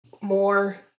more